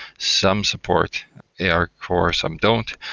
some support arcore, some don't,